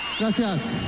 Gracias